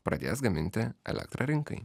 pradės gaminti elektrą rinkai